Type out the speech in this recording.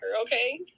okay